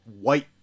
white